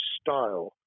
style